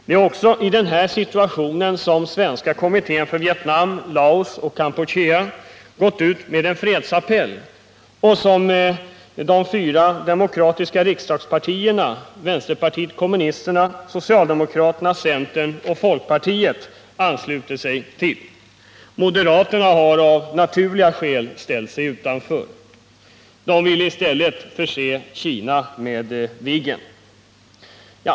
Det är också i den här situationen som svenska kommittén för Vietnam, Laos och Kampuchea gått ut med en fredsappell och som de ”fyra demokratiska riksdagspartierna” — vänsterpartiet kommunisterna, socialdemokraterna, centern och folkpartiet — ansluter sig till. Moderaterna har av naturliga skäl ställt sig utanför. De vill i stället förse Kina med Viggen.